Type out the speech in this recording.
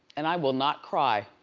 and i will not cry